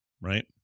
right